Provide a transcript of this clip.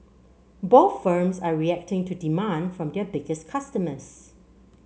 both firms are reacting to demand from their biggest customers